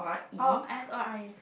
uh S O R E